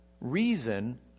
Reason